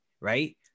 right